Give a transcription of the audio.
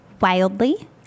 wildly